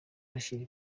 ashyira